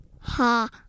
ha